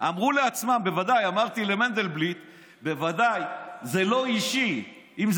אמרו לעצמם, זה לא אישי, זה